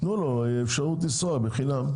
תנו לו אפשרות לנסוע בחינם,